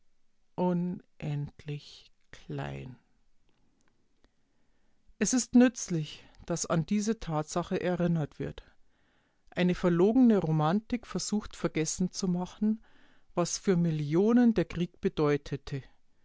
unendlich klein es ist nützlich daß an diese tatsache erinnert wird eine verlogene romantik versucht vergessen zu machen was für millionen der krieg bedeutete